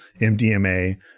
MDMA